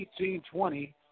1820